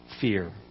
fear